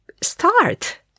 start